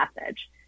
message